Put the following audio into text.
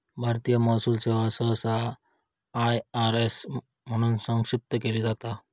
भारतीय महसूल सेवा सहसा आय.आर.एस म्हणून संक्षिप्त केली जाता